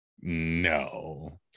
No